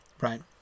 right